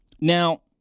Now